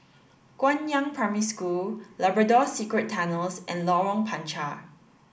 Guangyang Primary School Labrador Secret Tunnels and Lorong Panchar